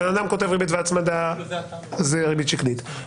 בן אדם כותב ריבית והצמדה, זו ריבית שקלית.